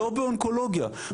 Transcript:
לא באונקולוגיה,